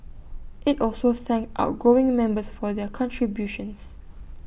IT also thanked outgoing members for their contributions